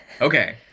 Okay